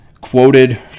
quoted